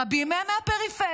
רבים מהם מהפריפריה,